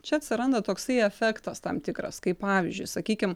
čia atsiranda toksai efektas tam tikras kaip pavyzdžiui sakykim